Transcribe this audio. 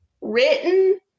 written